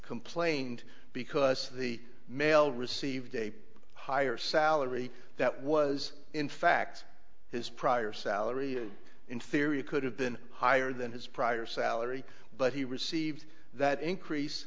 complaint because the male received a higher salary that was in fact his prior salary in theory could have been higher than his prior salary but he received that increase